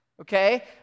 Okay